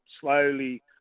slowly